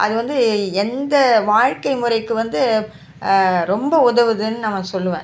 அதுவந்து எந்த வாழ்க்கை முறைக்கு வந்து ரொம்ப உதவுவதுனு நம்ம சொல்லுவேன்